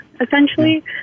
essentially